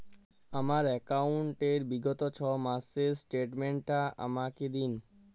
আমার অ্যাকাউন্ট র বিগত ছয় মাসের স্টেটমেন্ট টা আমাকে দিন?